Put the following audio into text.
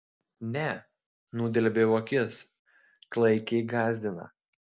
ne nudelbiau akis klaikiai gąsdina